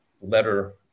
letter